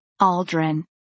Aldrin